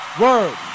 word